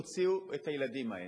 תוציאו את הילדים האלה.